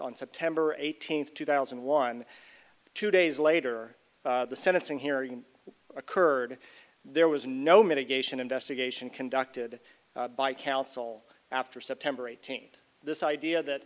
on september eighteenth two thousand and one two days later the sentencing hearing occurred there was no mitigation investigation conducted by counsel after september eighteenth this idea that